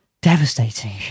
Devastating